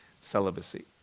celibacy